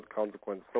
consequence